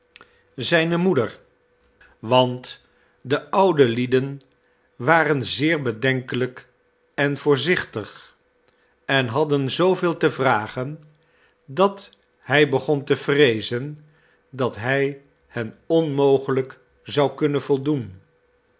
zijne moenelly der want de oude lieden waren zeer bedenkelijk en voorzichtig en hadden zooveel te vragen dat hij begon te vreezen dat hij hen onmogelijk zou kunnen voldoen